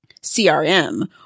CRM